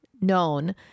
known